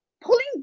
pulling